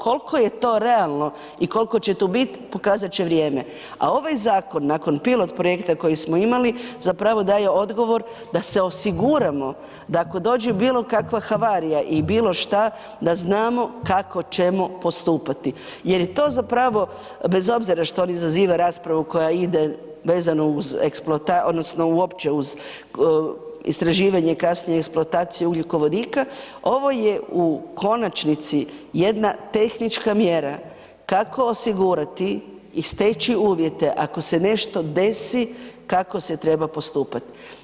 Koliko je to realno i koliko će to bit, pokazat će vrijeme a ovaj zakon nakon pilo projekt kojeg smo imali, zapravo daje odgovor da se osiguramo da ako dođe bilokakva havarija i bilo šta, da znamo kako ćemo postupati jer to zapravo bez obzira što on izaziva raspravu koja ide vezano uz eksploataciju odnosno uopće uz istraživanje kasnije eksploataciju ugljikovodika, ovo je u konačnici jedna tehnička mjera kako osigurati i steći uvjete ako se nešto desi, kako se treba postupati.